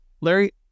Larry